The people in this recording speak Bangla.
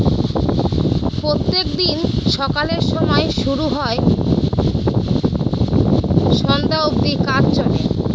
প্রত্যেক দিন সকালের সময় শুরু হয় সন্ধ্যা অব্দি কাজ চলে